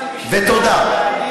ותודה.